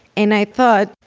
and i thought